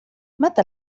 متى